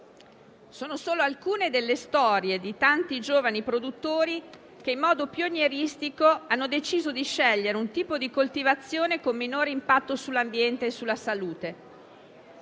sono solo alcune delle storie di tanti giovani produttori che in modo pionieristico hanno deciso di scegliere un tipo di coltivazione con minor impatto sull'ambiente e sulla salute.